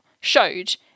showed